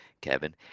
kevin